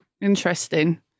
Interesting